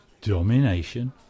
Domination